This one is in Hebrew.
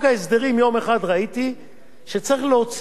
יום אחד ראיתי שצריך להוציא את הטיפול